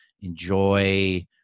Enjoy